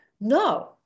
no